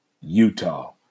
Utah